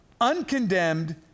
uncondemned